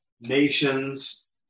nations